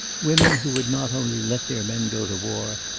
women who would not only let their men go to war,